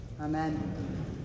Amen